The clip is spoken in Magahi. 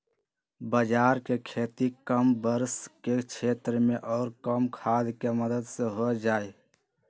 बाजरा के खेती कम वर्षा के क्षेत्र में और कम खाद के मदद से हो जाहई